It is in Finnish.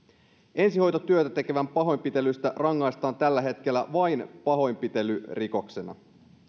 ensihoitotyötä tekevän pahoinpitelystä rangaistaan tällä hetkellä vain pahoinpitelyrikoksena